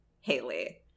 Haley